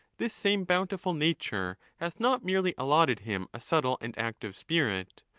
this same bountiful nature hath not merely allotted him a subtle and active spirit,